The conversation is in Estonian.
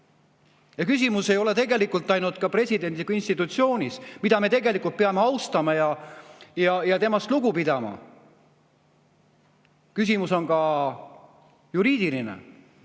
Küsimus ei ole tegelikult ainult presidendi institutsioonis, mida me peame austama ja millest lugu pidama. Küsimus on ka juriidiline.